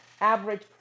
average